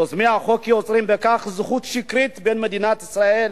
"יוזמי החוק יוצרים בכך זהות שקרית בין מדינת ישראל,